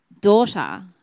daughter